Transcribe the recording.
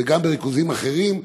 אבל גם בריכוזים אחרים,